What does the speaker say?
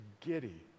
giddy